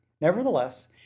Nevertheless